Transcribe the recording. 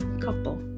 couple